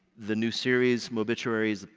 the new series, mobituaries,